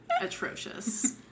atrocious